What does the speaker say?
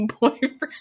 boyfriend